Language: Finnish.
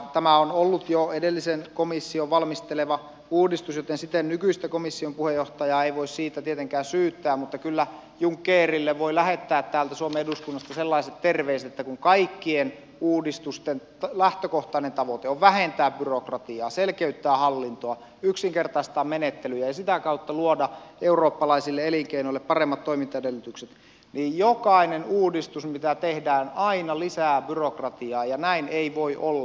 tämä on ollut jo edellisen komission valmistelema uudistus joten siten nykyistä komission puheenjohtajaa ei voi siitä tietenkään syyttää mutta kyllä junckerille voi lähettää täältä suomen eduskunnasta sellaiset terveiset että kun kaikkien uudistusten lähtökohtainen tavoite on vähentää byrokratiaa selkeyttää hallintoa yksinkertaistaa menettelyjä ja sitä kautta luoda eurooppalaisille elinkeinoille paremmat toimintaedellytykset niin jokainen uudistus mitä tehdään aina lisää byrokratiaa ja näin ei voi olla